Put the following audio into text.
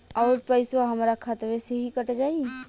अउर पइसवा हमरा खतवे से ही कट जाई?